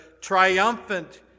triumphant